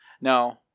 no